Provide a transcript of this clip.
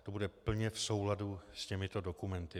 To bude plně v souladu s těmito dokumenty.